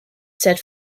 set